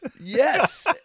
Yes